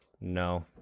No